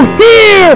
hear